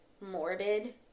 morbid